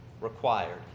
required